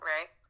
Right